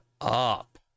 up